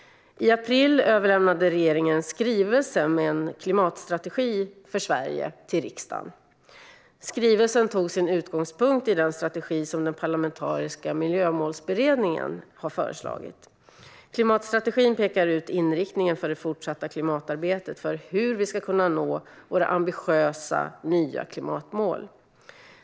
I april överlämnade regeringen en skrivelse med en klimatstrategi för Sverige till riksdagen. Skrivelsen tog sin utgångspunkt i den strategi som den parlamentariska miljömålsberedningen har föreslagit. Klimatstrategin pekar ut inriktningen för det fortsatta klimatarbetet för hur vi ska kunna nå våra ambitiösa, nya klimatmål.